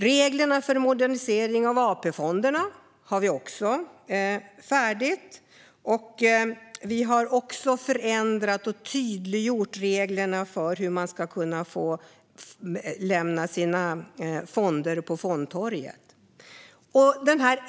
Reglerna för modernisering av AP-fonderna är också färdiga, och vi har förändrat och tydliggjort reglerna för hur man går till väga när fonder lämnar fondtorget.